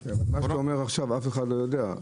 מה שאתה אומר עכשיו אף אחד לא יודע מזה.